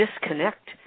disconnect